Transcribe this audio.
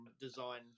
design